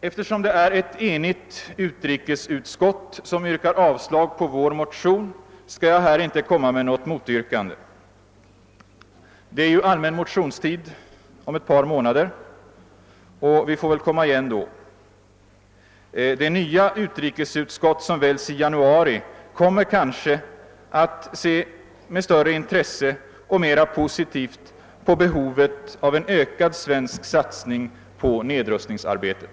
Eftersom det är ett enigt utrikesutskott som avstyrkt vår motion, skall jag här inte komma med något yrkande. Om ett par månader är det allmän motionstid och vi får väl komma igen då. Det nya utrikesutskott som väljs i januari kommer kanske att med större intresse och på ett mera positivt sätt se på behovet av en ökad svensk satsning på nedrustningsarbetet.